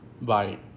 Bye